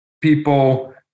people